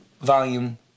volume